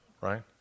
right